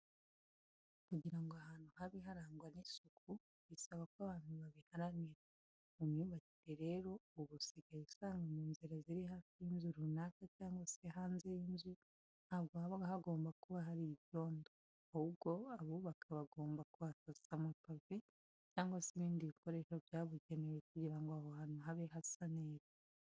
Kugira ngo ahantu habe harangwa n'isuku bisaba ko abantu babiharanira. Mu myubakire rero ubu usigaye usanga mu nzira ziri hafi y'inzu runaka cyangwa se hanze y'inzu ntabwo haba hagomba kuba hari ibyondo, ahubwo abubaka bagumba kuhasasa amapave cyangwa se ibindi bikoresho byabugenewe kugirango aho hantu habe hasa neza.